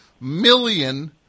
million